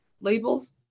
labels